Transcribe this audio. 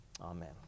Amen